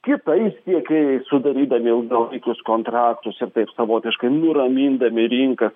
kitais tiekėjais sudarydami ilgalaikius kontraktus ir taip savotiškai nuramindami rinkas